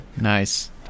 Nice